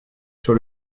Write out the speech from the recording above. sur